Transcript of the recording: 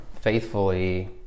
faithfully